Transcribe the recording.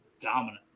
dominant